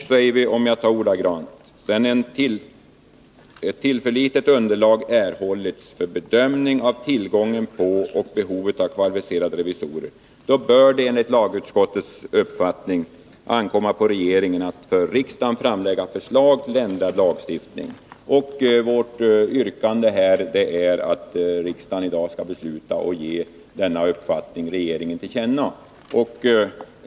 Utskottsmajoriteten uttalar vidare: ”Sedan ett tillförlitligt underlag erhållits för en bedömning av tillgången på och behovet av kvalificerade revisorer bör enligt utskottets uppfattning regeringen för riksdagen framlägga ett förslag till ändrad lagstiftning.” Vårt yrkande är att riksdagen skall besluta att ge regeringen denna utskottets uppfattning till känna.